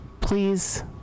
please